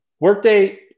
Workday